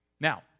Now